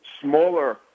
smaller